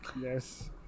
Yes